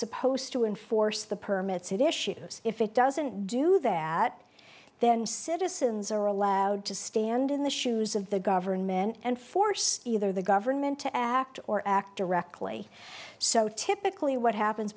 supposed to enforce the permits it issues if it doesn't do that then citizens are allowed to stand in the shoes of the government and force either the government to act or act directly so typically what happens